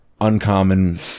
uncommon